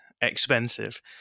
expensive